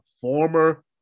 former